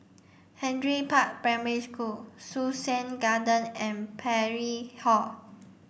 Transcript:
Henry Park Primary School Sussex Garden and Parry Hall